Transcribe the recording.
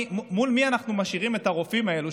מול מי אנחנו משאירים את הרופאים האלה,